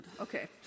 Okay